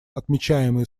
отмечаемые